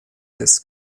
des